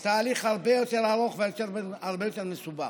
זה תהליך הרבה יותר ארוך והרבה יותר מסובך.